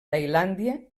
tailàndia